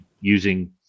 using